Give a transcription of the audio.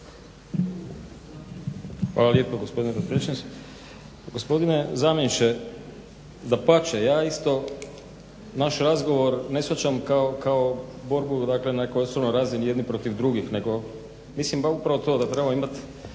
Hvala lijepo gospodine potpredsjedniče. Gospodine zamjeniče, dapače ja isto naš razgovor ne shvaćam kao borbu dakle na kojoj su razini jedni protiv drugih, nego mislim pa upravo to da trebamo imat